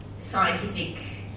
Scientific